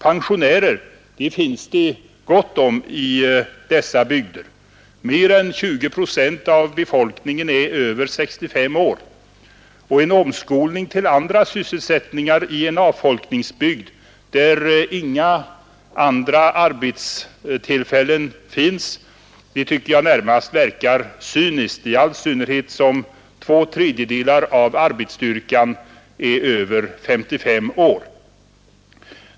Pensionärer finns det gott om i dessa bygder. Mer än 20 procent av befolkningen är över 65 år. En rekommendation av omskolning till andra sysselsättningar när det gäller en avfolkningsbygd där inga andra arbetstillfällen finns tycker jag närmast verkar cynisk, i synnerhet som två tredjedelar av arbetsstyrkan är över 55 år.